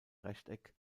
rechteck